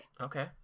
Okay